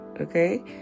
okay